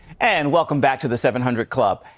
and welcome back to the seven hundred club.